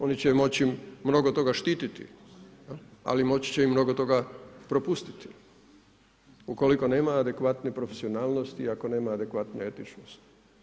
Oni će moći mnogo toga štititi, ali moći će i mnogo toga propustiti ukoliko nema adekvatne profesionalnosti, ako nema adekvatne etičnosti.